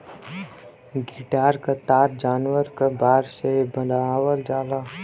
guitar क तार जानवर क बार से बनावल जाला